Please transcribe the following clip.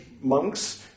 monks